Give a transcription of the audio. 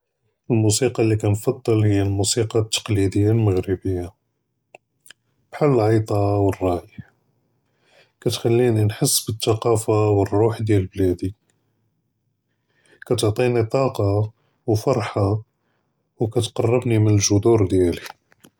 אֶלְמֻוסִיקַא לִי כַּאנְפַדְּל הִיא אֶלְמֻוסִיקַא אֶלְתַקְלִידִיָּה אֶלְמַגְרִיבִיָּה בְּחַאל אֶלְעַיְטָה וְאֶלרַאי, כַּאתְכַלִּינִי נְחַס בִּתְקַאלְפָה וְאֶלרֻּוח דִּיַאל בְּלַדִי, כַּאתְעְטִינִי טַאקַא וְאֶלְפַרְחָה וְכַאתְקַרְבְּנִי מִן אֶלְגְּזוּר דִּיַאלִי.